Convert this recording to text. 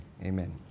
Amen